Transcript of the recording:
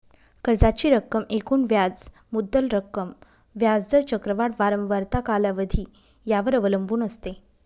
कर्जाची रक्कम एकूण व्याज मुद्दल रक्कम, व्याज दर, चक्रवाढ वारंवारता, कालावधी यावर अवलंबून असते